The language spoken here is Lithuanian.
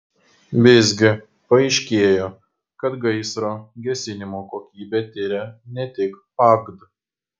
visgi paaiškėjo kad gaisro gesinimo kokybę tiria ne tik pagd